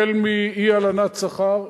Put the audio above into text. החל מאי-הלנת שכר,